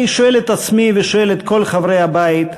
אני שואל את עצמי ושואל את כל חברי הבית,